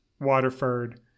waterford